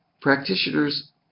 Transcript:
practitioners